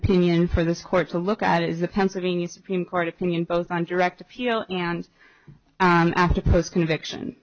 opinion for this court to look at is the pennsylvania supreme court opinion both on direct appeal and an after post conviction